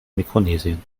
mikronesien